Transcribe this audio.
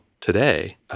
today